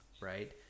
right